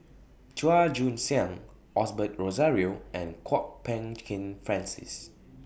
Chua Joon Siang Osbert Rozario and Kwok Peng Kin Francis